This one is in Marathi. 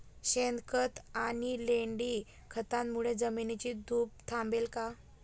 शेणखत आणि लेंडी खतांमुळे जमिनीची धूप थांबेल का?